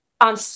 on